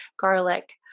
garlic